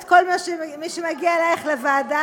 וגם את כל מי שמגיע אלייך לוועדה,